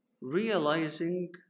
realizing